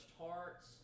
hearts